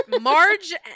Marge